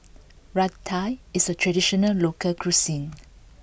Raita is a traditional local cuisine